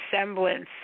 semblance